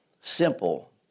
simple